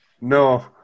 No